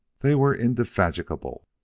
they were indefatigable.